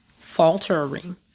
faltering